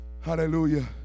Hallelujah